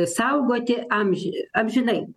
saugoti amži amžinai